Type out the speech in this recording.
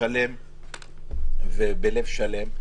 נקי ובלב שלם,